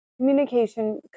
communication